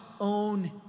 own